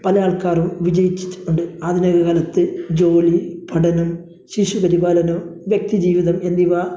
പല ആൾക്കാരും വിജയിച്ചിട്ട് ഉണ്ട് ആധുനിക കാലത്ത് ജോലി പഠനം ശിശു പരിപാലനം വ്യക്തി ജീവിതം എന്നിവ